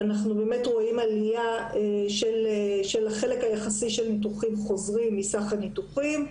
אנחנו באמת רואים עלייה של החלק היחסי של ניתוחים חוזרים מסך הניתוחים.